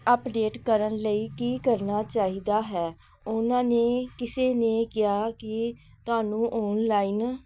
update ਕਰਨ ਲਈ ਕੀ ਕਰਨਾ ਚਾਹੀਦਾ ਹੈ ਉਹਨਾਂ ਨੇ ਕਿਸੇ ਨੇ ਕਿਹਾ ਕਿ ਤੁਹਾਨੂੰ ਆਨਲਾਈਨ